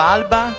Alba